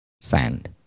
Sand